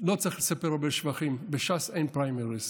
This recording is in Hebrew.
לא צריך לספר הרבה שבחים, בש"ס אין פריימריז,